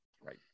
Right